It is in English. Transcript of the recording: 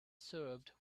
served